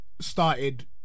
started